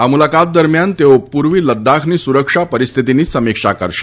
આ મુલાકાત દરમિયાન તેઓ પૂર્વી લદ્દાખની સુરક્ષા પરિસ્થિતિની સમીક્ષા કરશે